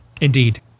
Indeed